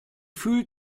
fühlt